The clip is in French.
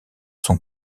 sont